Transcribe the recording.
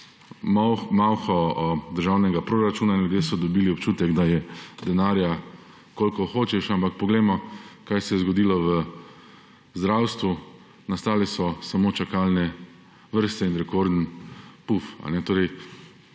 malho državnega proračuna, in ljudje so dobili občutek, da je denarja, kolikor hočeš. Ampak poglejmo, kaj se je zgodilo v zdravstvu. Nastale so samo čakalne vrste in rekordni puf. Neomejeno,